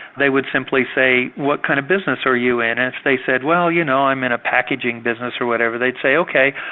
they would simply say, what kind of business are you in? and if they said, well, you know, i'm in a packaging business' or whatever, they'd say, ok,